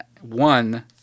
One